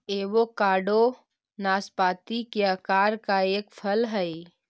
avocado नाशपाती के आकार का एक फल हई